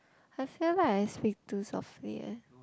I feel like I speak too softly eh